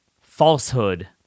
falsehood